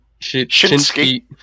Shinsky